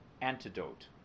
Antidote